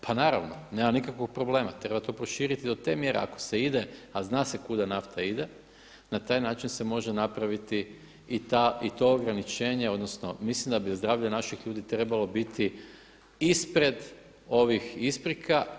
Pa naravno, nema nikakvog problema, treba to proširiti do te mjere ako se ide, a zna se kuda nafta ide, na taj način se može napraviti i ta i to ograničenje odnosno mislim da bi zdravlje naših ljudi trebalo biti ispred ovih isprika.